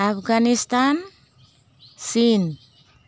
আফগানিস্তান চীন